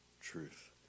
truth